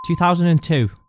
2002